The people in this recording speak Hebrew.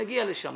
נגיע לשם.